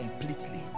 completely